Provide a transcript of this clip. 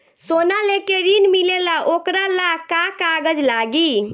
सोना लेके ऋण मिलेला वोकरा ला का कागज लागी?